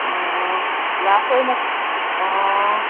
ꯑꯣ ꯂꯥꯁ ꯑꯣꯏꯅ ꯑꯣ